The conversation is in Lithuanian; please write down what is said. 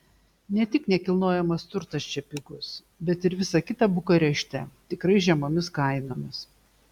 ne tik nekilnojamas turtas čia pigus bet ir visa kita bukarešte tikrai žemomis kainomis